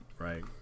right